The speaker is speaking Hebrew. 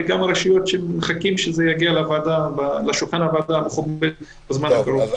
וכמה רשויות שמחכים שזה יגיע לשולחן הוועדה המכובדת בזמן הקרוב.